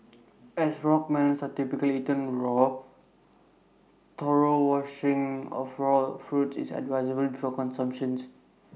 as rock melons are typically eaten raw thorough washing of the raw fruits is advisable before consumption